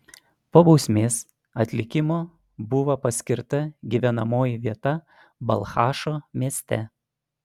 po bausmės atlikimo buvo paskirta gyvenamoji vieta balchašo mieste